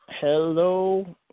Hello